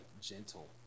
gentle